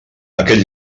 aquest